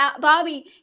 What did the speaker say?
bobby